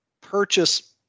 purchase